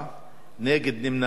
נגד ונמנעים, אין.